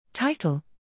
Title